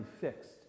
fixed